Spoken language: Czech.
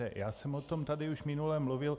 Já jsem o tom tady už minule mluvil.